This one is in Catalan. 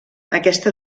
aquesta